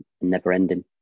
never-ending